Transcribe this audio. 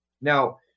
Now